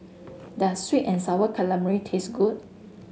does sweet and sour calamari taste good